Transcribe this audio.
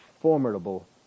formidable